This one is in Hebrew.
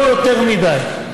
לא יותר מדי.